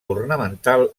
ornamental